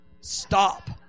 Stop